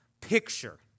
picture